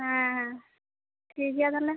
ᱦᱮᱸ ᱦᱮᱸ ᱴᱷᱤᱠ ᱜᱮᱭᱟ ᱛᱟᱦᱚᱞᱮ